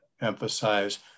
emphasize